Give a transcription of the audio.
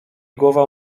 głowa